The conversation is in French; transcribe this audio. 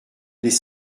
les